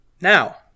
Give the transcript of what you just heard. Now